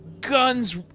Guns